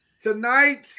tonight